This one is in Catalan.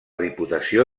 diputació